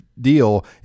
deal